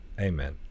Amen